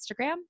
Instagram